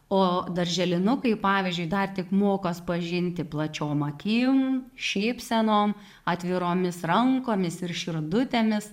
o darželinukai pavyzdžiui dar tik mokos pažinti plačiom akim šypsenom atviromis rankomis ir širdutėmis